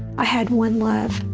i had one love,